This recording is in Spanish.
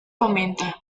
comenta